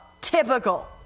Typical